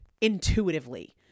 intuitively